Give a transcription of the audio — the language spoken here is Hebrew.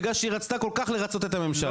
בגלל שהיא רצתה כל כך לרצות את הממשלה.